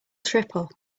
triple